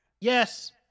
Yes